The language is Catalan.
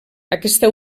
aquesta